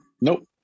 Nope